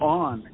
on